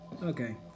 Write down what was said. Okay